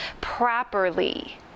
properly